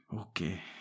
Okay